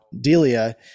Delia